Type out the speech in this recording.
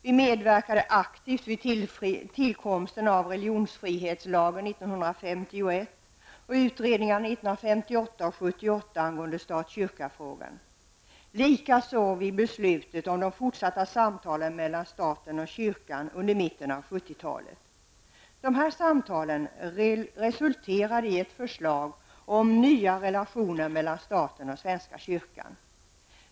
Vi medverkade aktivt vid tillkomsten av religionsfrihetslagen 1951, i utredningarna 1958 och 1978 om stat--kyrkafrågan, likaså vid beslutet om de fortsatta samtalen mellan staten och kyrkan i mitten av 1970-talet. Dessa samtal resulterade i ett förslag om nya relationer mellan staten och svenska kyrkan.